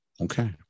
okay